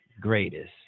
greatest